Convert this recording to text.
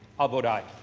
i'll vote aye.